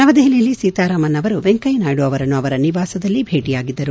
ನವದೆಹಲಿಯಲ್ಲಿ ಸೀತಾರಾಮನ್ ಅವರು ವೆಂಕಯ್ನಾಯ್ನು ಅವರನ್ನು ಅವರ ನಿವಾಸದಲ್ಲಿ ಭೀಟಿಯಾಗಿದ್ದರು